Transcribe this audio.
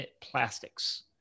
plastics